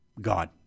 God